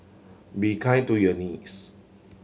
be kind to your knees